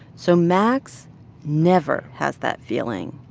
so max never has that feeling.